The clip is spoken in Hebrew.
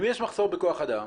אם יש מחסור בכוח אדם